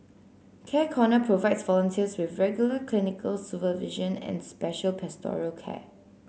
Care Corner provides volunteers with regular clinical supervision and special pastoral care